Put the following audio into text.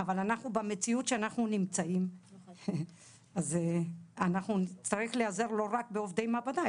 אנחנו במציאות שאנחנו נמצאים אז אנחנו נצטרך להיעזר לא רק בעובדי מעבדה,